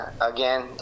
again